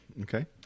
Okay